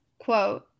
quote